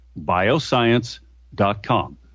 bioscience.com